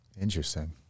Interesting